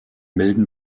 milden